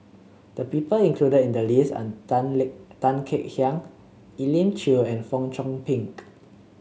the people included in the list are Tan Tan Kek Hiang Elim Chew and Fong Chong Pik